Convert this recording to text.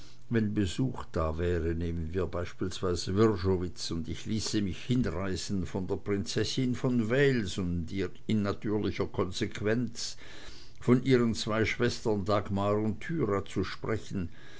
wenn besuch da wäre nehmen wir beispielsweise wrschowitz und ich ließe mich hinreißen von der prinzessin von wales und in natürlicher konsequenz von ihren zwei schwestern dagmar und thyra zu sprechen